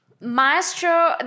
Maestro